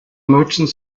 merchant